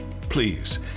Please